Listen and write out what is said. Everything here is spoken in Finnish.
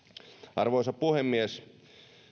arvoisa puhemies